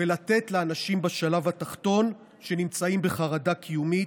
לתת לאנשים בשלב התחתון, שנמצאים בחרדה קיומית,